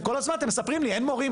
כל הזמן אתם מספרים לי אין מורים,